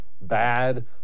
Bad